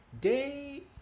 day